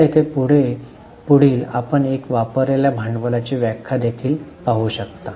आता येथे पुढील एक आपण वापरलेल्या भांडवलाची व्याख्या देखील पाहू शकता